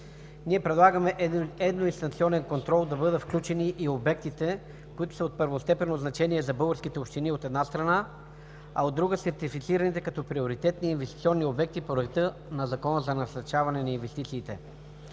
Ние предлагаме в едноинстанционен контрол да бъдат включени и обектите, които са от първостепенно значение за българските общини, от една страна, а от друга, сертифицираните като приоритетни инвестиционни обекти по реда на Закона за насърчаване на инвестициите.